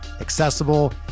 accessible